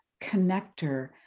connector